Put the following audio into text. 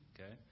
Okay